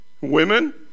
Women